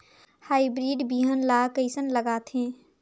Hybrid बिहान ला कइसन लगाथे?